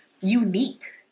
unique